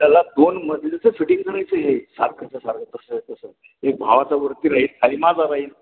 त्याला दोन मजलेचं फिटिंग करायचं आहे हे सारखाचं सारखं तसंच्या तसं एक भावाचा वरती राहील आणि माझा राहील